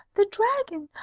the dragon!